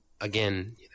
again